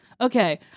Okay